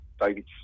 David